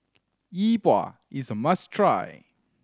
Yi Bua is a must try